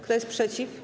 Kto jest przeciw?